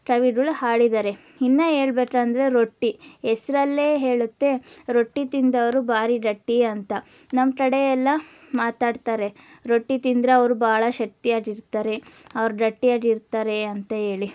ಕವಿಗಳು ಹಾಡಿದ್ದಾರೆ ಇನ್ನು ಹೇಳ್ಬೇಕಂದ್ರೆ ರೊಟ್ಟಿ ಹೆಸ್ರಲ್ಲೇ ಹೇಳುತ್ತೆ ರೊಟ್ಟಿ ತಿಂದವರು ಬಾರಿ ಗಟ್ಟಿ ಅಂತ ನಮ್ಮ ಕಡೆ ಎಲ್ಲ ಮಾತಾಡ್ತಾರೆ ರೊಟ್ಟಿ ತಿಂದರೆ ಅವ್ರು ಭಾಳ ಶಕ್ತಿ ಆಗಿರ್ತಾರೆ ಅವ್ರು ಗಟ್ಟಿಯಾಗಿರ್ತಾರೆ ಅಂತ ಹೇಳಿ